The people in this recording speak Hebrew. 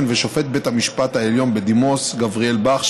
ושופט בית המשפט העליון בדימוס גבריאל בך,